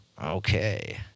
Okay